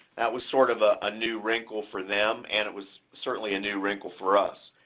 that was sort of ah a new wrinkle for them, and it was certainly a new wrinkle for us.